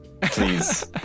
please